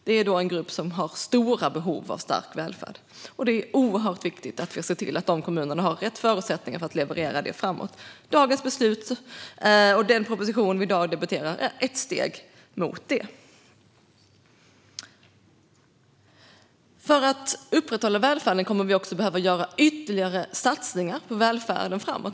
Eftersom denna grupp har stora behov av stark välfärd är det viktigt att vi ser till att dessa kommuner har rätt förutsättningar för att leverera det. Dagens proposition och beslut är ett steg mot detta. För att upprätthålla välfärden kommer vi att behöva göra ytterligare satsningar framöver.